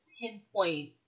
pinpoint